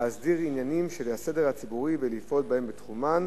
להסדיר עניינים של הסדר הציבורי ולפעול בהם בתחומה.